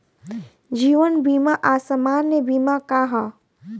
जीवन बीमा आ सामान्य बीमा का ह?